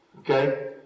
Okay